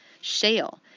shale